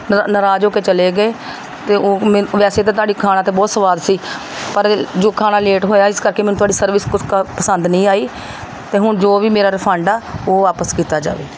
ਨ ਨਾਰਾਜ਼ ਹੋ ਕੇ ਚਲੇ ਗਏ ਅਤੇ ਉਹ ਵੈਸੇ ਤਾਂ ਤੁਹਾਡੀ ਖਾਣਾ ਤਾਂ ਬਹੁਤ ਸੁਆਦ ਸੀ ਪਰ ਜੋ ਖਾਣਾ ਲੇਟ ਹੋਇਆ ਇਸ ਕਰਕੇ ਮੈਨੂੰ ਤੁਹਾਡੀ ਸਰਵਿਸ ਕੁਛ ਕ ਪਸੰਦ ਨਹੀਂ ਆਈ ਅਤੇ ਹੁਣ ਜੋ ਵੀ ਮੇਰਾ ਰਿਫੰਡ ਆ ਉਹ ਵਾਪਿਸ ਕੀਤਾ ਜਾਵੇ